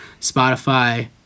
Spotify